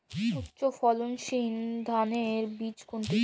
উচ্চ ফলনশীল ধানের বীজ কোনটি?